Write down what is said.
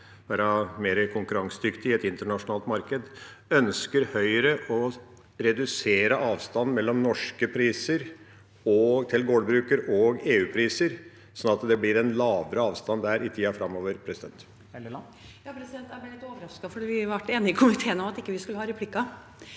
være mer konkurransedyktig i et internasjonalt marked. Ønsker Høyre å redusere avstanden mellom norske priser til gårdbruker og EU-priser, sånn at det blir en lavere avstand der i tida framover?